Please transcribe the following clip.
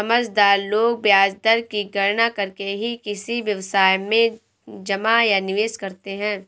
समझदार लोग ब्याज दर की गणना करके ही किसी व्यवसाय में जमा या निवेश करते हैं